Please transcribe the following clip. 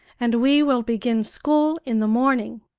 and we will begin school in the morning.